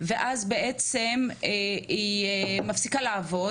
ואז בעצם היא מפסיקה לעבוד,